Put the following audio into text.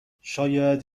شاید